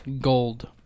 Gold